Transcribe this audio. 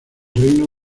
reino